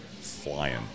flying